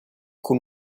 con